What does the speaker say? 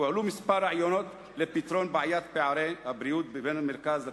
הועלו כמה רעיונות לפתרון בעיית פערי הבריאות בין המרכז לפריפריה: